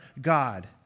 God